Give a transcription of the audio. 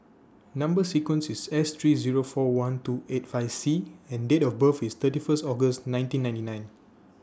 Number sequence IS S three Zero four one two eight five C and Date of birth IS thirty First August nineteen ninety nine